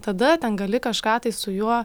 tada ten gali kažką tai su juo